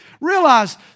Realize